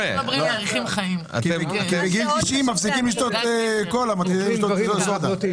כי בגיל 90 מפסיקים לשתות קולה ומתחילים לשתות סודה...